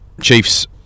Chiefs